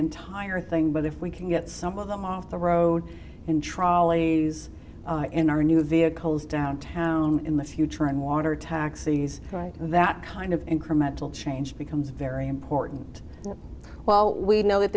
entire thing but if we can get some of them off the road in trolleys in our new vehicles downtown in the future and water taxis right that kind of incremental change becomes very important well we know that